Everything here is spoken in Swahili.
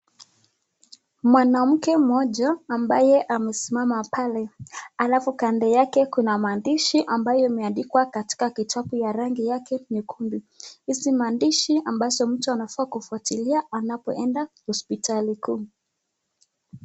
Mwanamke mmoja ambaye amesimama pale, alafu kando yake kuna maandishi ambayo yameandikwa katika kitopu ya rangi yake nyekundu. Hizi maandishi ambazo mtu anafaa kufuatilia anapoenda hospitali kuu.